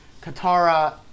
Katara